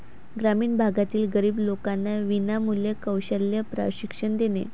ग्रामीण भागातील गरीब लोकांना विनामूल्य कौशल्य प्रशिक्षण देणे